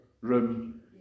room